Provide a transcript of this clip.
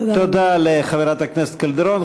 תודה לחברת הכנסת קלדרון.